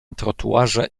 trotuarze